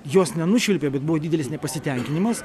jos nenušvilpė bet buvo didelis nepasitenkinimas